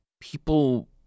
people